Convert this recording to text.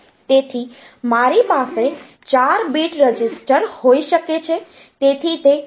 તેથી મારી પાસે 4 બીટ રજીસ્ટર હોઈ શકે છે જેથી તે 4 બીટ મૂલ્ય સંગ્રહિત કરે છે